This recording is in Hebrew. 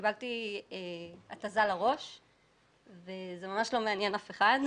זה בערך הטווח שממנו ירו את זרנוקי